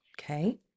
Okay